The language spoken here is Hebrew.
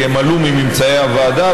כי הם עלו מממצאי הוועדה,